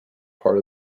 part